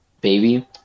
Baby